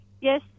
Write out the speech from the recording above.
yes